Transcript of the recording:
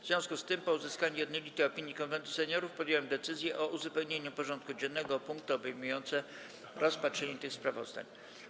W związku z tym, po uzyskaniu jednolitej opinii Konwentu Seniorów, podjąłem decyzję o uzupełnieniu porządku dziennego o punkty obejmujące rozpatrzenie tych sprawozdań.